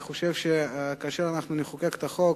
אני חושב שכאשר אנחנו נחוקק את החוק